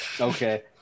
Okay